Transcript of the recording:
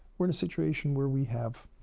we're in a situation where we have